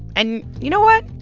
and you know what?